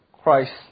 Christ